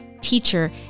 teacher